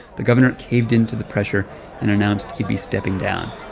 the governor caved into the pressure and announced he'd be stepping down.